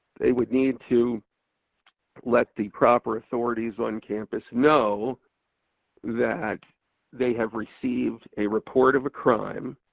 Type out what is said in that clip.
they would need to let the proper authorities on campus know that they have received a report of a crime.